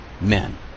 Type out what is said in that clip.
men